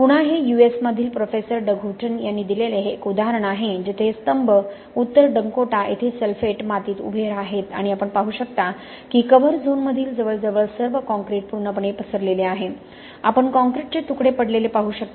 पुन्हा हे यूएसमधील प्रोफेसर डग हूटन यांनी दिलेले एक उदाहरण आहे जेथे हे स्तंभ उत्तर डकोटा येथे सल्फेट मातीत उभे आहेत आणि आपण पाहू शकता की कव्हर झोनमधील जवळजवळ सर्व कॉंक्रिट पूर्णपणे पसरलेले आहे आपण काँक्रीटचे तुकडे पडलेले पाहू शकता